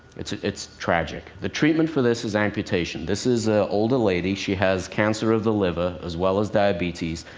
it's it's tragic. the treatment for this is amputation. this is an ah older lady. she has cancer of the liver as well as diabetes,